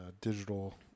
digital